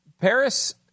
Paris